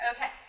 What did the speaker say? Okay